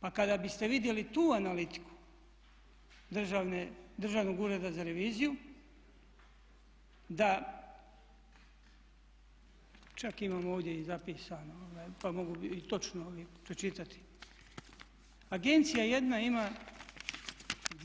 Pa kada biste vidjeli tu analitiku Državnog ureda za reviziju da čak imam ovdje i zapisano pa mogu točno pročitati, agencija jedna ima